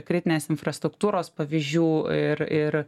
kritinės infrastruktūros pavyzdžių ir ir